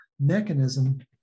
mechanism